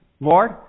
Lord